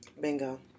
Bingo